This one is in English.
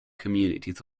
communities